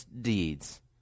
deeds